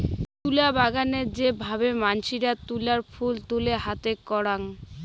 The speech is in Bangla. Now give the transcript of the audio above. তুলা বাগানে যে ভাবে মানসিরা তুলার ফুল তুলে হাতে করাং